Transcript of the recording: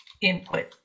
input